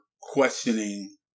questioning